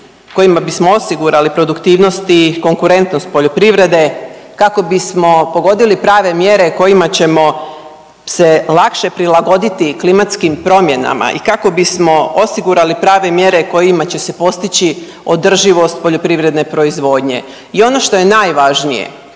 kojima bismo osigurali produktivnost i konkurentnost poljoprivrede kako bismo pogodili prave mjere kojima ćemo se lakše prilagoditi klimatskim promjenama i kako bismo osigurali prave mjere kojima će se postići održivost poljoprivredne proizvodnje. I ono što je najvažnije,